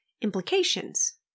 implications